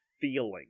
feeling